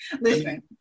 listen